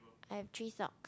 I have three sock